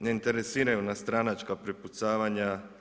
Ne interesiraju nas stranačka prepucavanja.